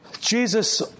Jesus